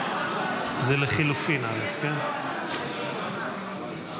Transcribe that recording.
550 לחלופין א לא נתקבלה.